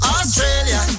Australia